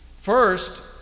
First